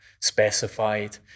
specified